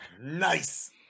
Nice